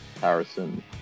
Harrison